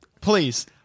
please